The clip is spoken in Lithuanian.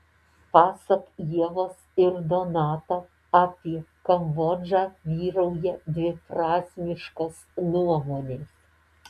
pasak ievos ir donato apie kambodžą vyrauja dviprasmiškos nuomonės